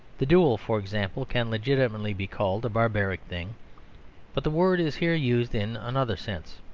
the duel, for example, can legitimately be called a barbaric thing but the word is here used in another sense.